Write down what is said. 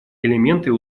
элементы